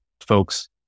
folks